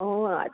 ओ हा